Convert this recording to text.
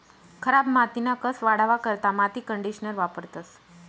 खराब मातीना कस वाढावा करता माती कंडीशनर वापरतंस